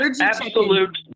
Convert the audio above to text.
Absolute